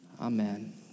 amen